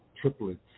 triplets